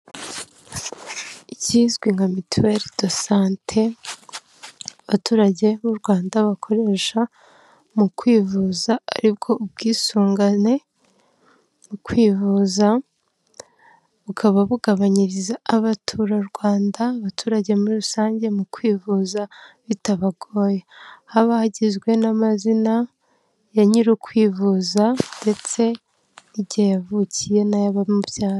Icyizwi nka mutuelle de santé; abaturage b'u Rwanda bakoresha mu kwivuza, ariko ubwisungane mu kwivuza bukaba bugabanyiriza abaturarwanda, abaturage muri rusange mu kwivuza bitabagoye, haba hagizwe n'amazina ya nyir'ukwivuza ndetse n'igihe yavukiye n'abamubyara.